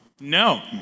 No